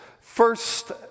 first